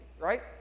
right